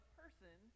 person